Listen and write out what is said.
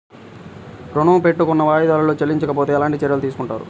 ఋణము పెట్టుకున్న వాయిదాలలో చెల్లించకపోతే ఎలాంటి చర్యలు తీసుకుంటారు?